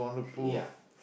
ya